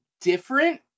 different